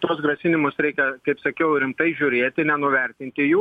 tuos grasinimus reikia kaip sakiau rimtai žiūrėti nenuvertinti jų